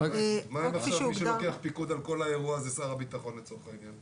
מה עם מצב שמי שלוקח פיקוד על כל האירוע זה שר הביטחון לצורך העניין?